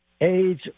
age